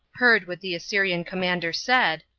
heard what the assyrian commander said,